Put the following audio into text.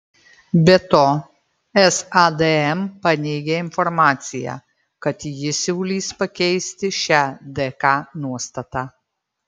be to sadm paneigė informaciją kad ji siūlys pakeisti šią dk nuostatą